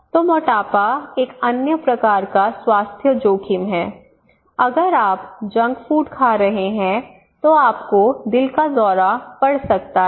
तो मोटापा एक अन्य प्रकार का स्वास्थ्य जोखिम है अगर आप जंक फूड खा रहे हैं तो आपको दिल का दौरा पड़ सकता है